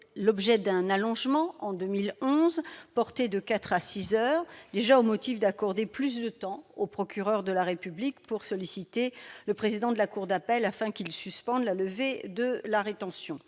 l'objet d'un allongement en 2011. Il a été porté de 4 à 6 heures, au motif, déjà, d'accorder plus de temps au procureur de la République pour solliciter le président de la cour d'appel, afin qu'il suspende la levée de la rétention.